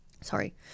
sorry